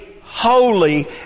holy